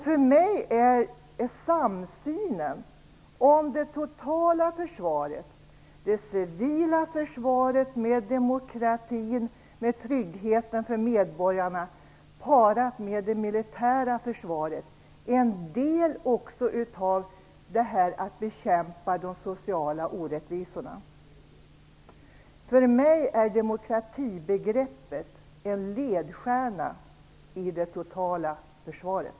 För mig är samsynen på det totala försvaret, det civila försvaret med demokratin och tryggheten för medborgarna parat med det militära försvaret, en del av detta att bekämpa de sociala orättvisorna. För mig är demokratibegreppet en ledstjärna i det totala försvaret.